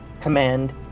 command